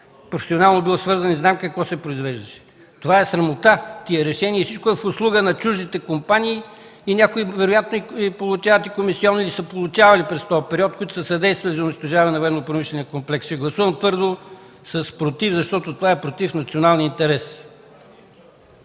професионално съм бил свързан и знам какво се произвеждаше. Това е срамота – тези решения! Всичко е в услуга на чуждите компании. Някои вероятно получават и комисионна, и са получавали през този период, които са съдействали за унищожаване на военнопромишления комплекс. Ще гласувам твърдо с „против”, защото това е против националния интерес.